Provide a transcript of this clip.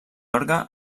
orgue